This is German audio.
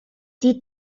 die